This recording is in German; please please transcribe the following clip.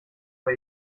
vor